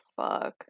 fuck